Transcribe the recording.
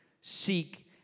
Seek